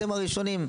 אתם הראשונים.